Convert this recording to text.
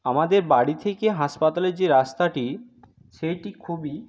আমাদের বাড়ি থেকে হাসপাতালের যে রাস্তাটি সেইটি খুবই